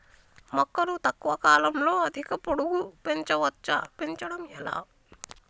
మొక్కను తక్కువ కాలంలో అధిక పొడుగు పెంచవచ్చా పెంచడం ఎలా?